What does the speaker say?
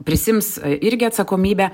prisiims irgi atsakomybę